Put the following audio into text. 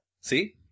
see